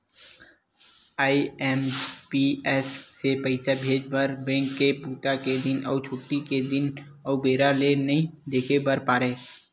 IMPS से पइसा भेजे बर बेंक के बूता के दिन अउ छुट्टी के दिन अउ बेरा ल नइ देखे बर परय